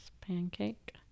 pancake